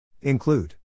Include